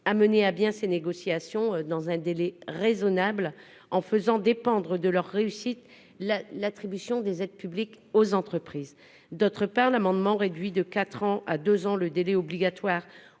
à mener à bien ces négociations dans un délai raisonnable, en faisant dépendre de leur réussite l'attribution des aides publiques aux entreprises. Par ailleurs, l'amendement tend à réduire de quatre ans à deux ans le délai obligatoire